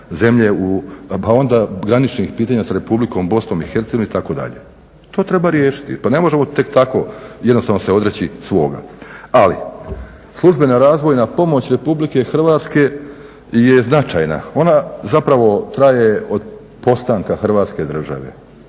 pa onda graničnih pitanja s Republikom BIH itd. To treba riješiti, pa ne možemo tek tako jednostavno se odreći svoga, ali službena razvojna pomoć RH je značajna, ona zapravo traje od postanka hrvatske države.